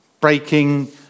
breaking